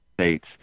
states